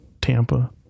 Tampa